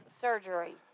surgery